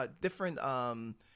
different